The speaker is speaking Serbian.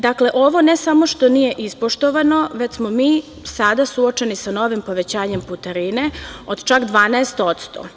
Dakle, ovo ne samo što nije ispoštovano, već smo mi sada suočeni sa novim povećanjem putarine od čak 12%